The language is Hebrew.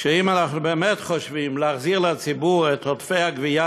שאם אנחנו באמת חושבים להחזיר לציבור את עודפי הגבייה,